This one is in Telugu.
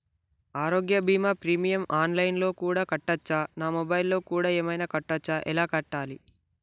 ఆరోగ్య బీమా ప్రీమియం ఆన్ లైన్ లో కూడా కట్టచ్చా? నా మొబైల్లో కూడా ఏమైనా కట్టొచ్చా? ఎలా కట్టాలి?